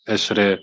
Essere